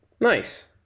Nice